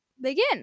begin